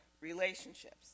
relationships